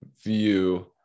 view